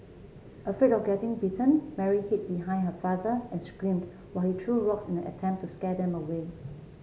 afraid of getting bitten Mary hid behind her father and screamed while he threw rocks in an attempt to scare them away